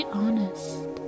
honest